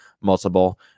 multiple